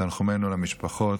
תנחומינו למשפחות,